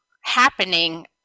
happening